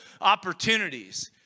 opportunities